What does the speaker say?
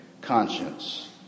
conscience